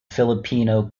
filipino